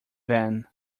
van